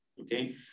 Okay